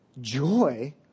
joy